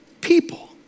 people